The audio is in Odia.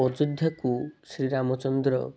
ଅଯୋଧ୍ୟାକୁ ଶ୍ରୀରାମଚନ୍ଦ୍ର